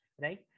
right